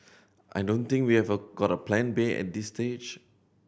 I don't think we have got a Plan B at this stage